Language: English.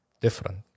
different